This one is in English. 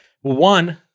One